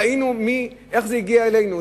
ראינו איך זה הגיע אלינו,